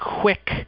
quick